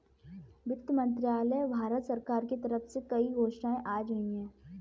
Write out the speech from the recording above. वित्त मंत्रालय, भारत सरकार के तरफ से कई घोषणाएँ आज हुई है